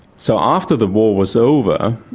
so after the war was over,